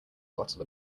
bottle